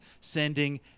sending